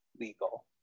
legal